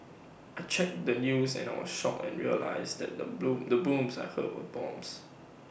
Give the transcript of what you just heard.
I checked the news and I was shocked and realised that the bloom the booms I heard were bombs